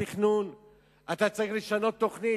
אתה צריך לשנות תוכנית,